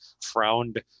frowned